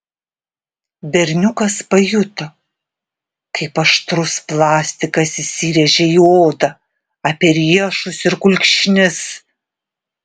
berniukas pajuto kaip aštrus plastikas įsirėžia į odą apie riešus ir kulkšnis